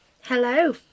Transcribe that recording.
Hello